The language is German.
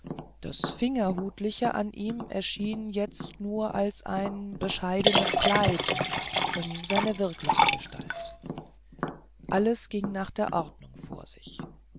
das fingerhutliche an ihm erschien jetzt nur als ein bescheidenes kleid um seine wirkliche gestalt alles ging nach der ordnung vor sich